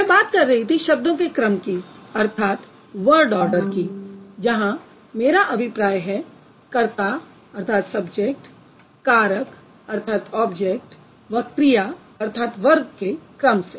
मैं बात कर रही थी शब्दों के क्रम की अर्थात word order की जहां मेरा अभिप्राय है कर्ता कारक व क्रिया के क्रम से